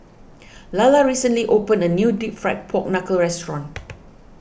Lalla recently opened a new Deep Fried Pork Knuckle restaurant